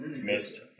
Missed